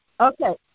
Okay